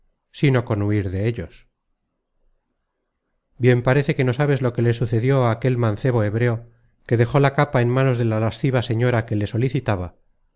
sino con huir de ellos bien parece que no sabes lo que le sucedió á aquel mancebo hebreo que dejó la capa en manos de la lasciva señora que le solicitaba